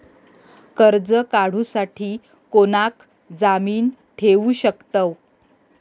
कर्ज काढूसाठी कोणाक जामीन ठेवू शकतव?